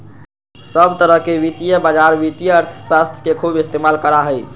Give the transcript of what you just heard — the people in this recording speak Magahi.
सब तरह के वित्तीय बाजार वित्तीय अर्थशास्त्र के खूब इस्तेमाल करा हई